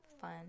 fun